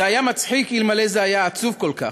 זה היה מצחיק אלמלא זה היה עצוב כל כך.